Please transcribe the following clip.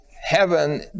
heaven